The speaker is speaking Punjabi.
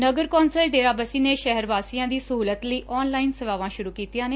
ਨਗਰ ਕੌਂਸਲ ਡੇਰਾਬੱਸੀ ਨੇ ਸ਼ਹਿਰ ਵਾਸੀਆਂ ਦੀ ਸਹੁਲਤ ਲਈ ਆਨ ਲਾਈਨ ਸੇਵਾਵਾਂ ਸੂਰੁ ਕੀਤੀਆਂ ਨੇ